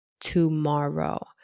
tomorrow